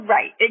Right